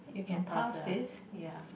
no ya